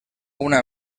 una